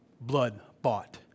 Blood-bought